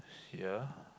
yea